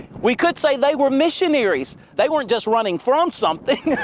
we could say they were missionaries. they weren't just running from something.